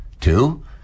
Two